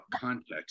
context